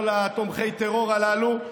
כל תומכי הטרור הללו,